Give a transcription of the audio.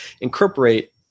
incorporate